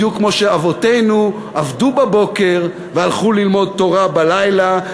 בדיוק כמו שאבותינו עבדו בבוקר והלכו ללמוד תורה בלילה.